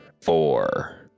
four